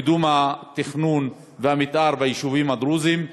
לקידום התכנון והמתאר ביישובים הדרוזיים.